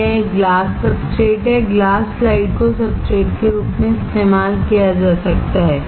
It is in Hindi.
यह एक ग्लास सब्सट्रेट है ग्लास स्लाइड को सब्सट्रेट के रूप में इस्तेमाल किया जा सकता है